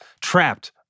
trapped